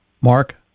Mark